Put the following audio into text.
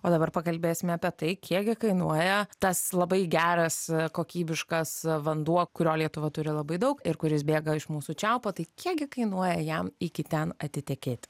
o dabar pakalbėsime apie tai kiek gi kainuoja tas labai geras kokybiškas vanduo kurio lietuva turi labai daug ir kuris bėga iš mūsų čiaupų tai kiek gi kainuoja jam iki ten atitekėti